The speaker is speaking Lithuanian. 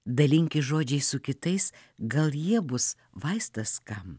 dalinkis žodžiais su kitais gal jie bus vaistas kam